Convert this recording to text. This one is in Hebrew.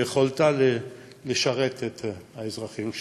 ביכולתה לשרת את האזרחים שלה.